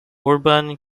urban